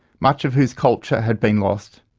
much of whose culture had been lost,